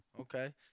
Okay